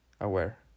aware